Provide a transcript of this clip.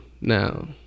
now